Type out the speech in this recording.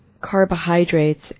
carbohydrates